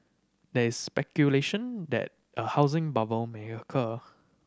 there is speculation that a housing bubble may occur